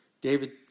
david